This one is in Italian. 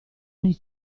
nei